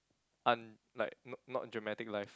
un~ like not not dramatic life